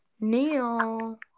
Neil